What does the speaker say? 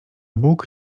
bóg